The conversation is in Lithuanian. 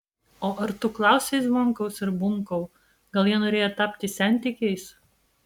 o ar tu klausei zvonkaus ir bunkau gal jie norėjo tapti sentikiais